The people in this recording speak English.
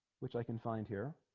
which i can find here